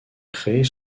créées